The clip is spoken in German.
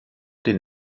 den